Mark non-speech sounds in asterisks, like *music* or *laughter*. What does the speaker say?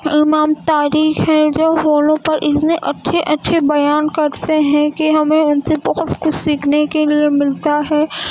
امام طارق ہیں جو *unintelligible* پر اتنے اچھے اچھے بیان کرتے ہیں کہ ہمیں ان سے بہت کچھ سیکھنے کے لیے ملتا ہے